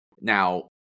now